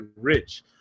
rich